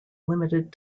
limited